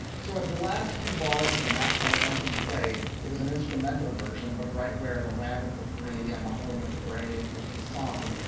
so as the last few bars of the national anthem played, it was an instrumental version. but right where the land of the free and the home of the brave would be sung,